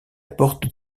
porte